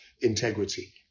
integrity